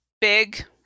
big